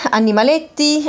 animaletti